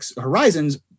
horizons